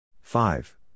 Five